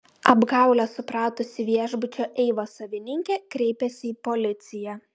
apgaulę supratusi viešbučio eiva savininkė kreipėsi į policiją